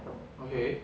okay